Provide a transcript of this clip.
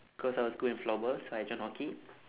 cause I was good in floorball so I join hockey